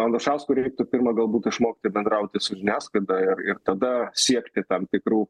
anušauskui reiktų pirma galbūt išmokti bendrauti su žiniasklaida ir ir tada siekti tam tikrų